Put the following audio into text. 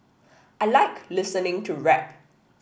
I like listening to rap